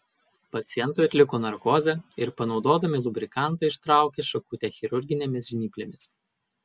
pacientui atliko narkozę ir panaudodami lubrikantą ištraukė šakutę chirurginėmis žnyplėmis